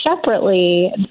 Separately